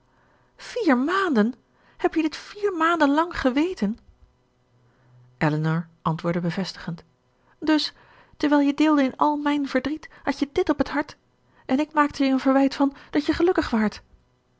vier maanden heb je dit vier maanden lang geweten elinor antwoordde bevestigend dus terwijl je deelde in al mijn verdriet hadt je dit op het hart en ik maakte je er een verwijt van dat je gelukkig waart